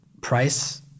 Price